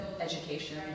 education